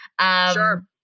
Sure